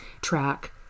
track